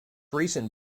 recent